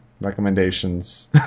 recommendations